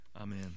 Amen